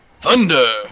Thunder